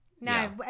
No